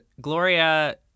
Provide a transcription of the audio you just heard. Gloria